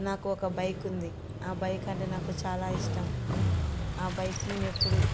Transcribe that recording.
నాకు ఒక బైక్ ఉంది ఆ బైక్ అంటే నాకు చాలా ఇష్టం ఆ బైక్ నేను ఎప్పుడు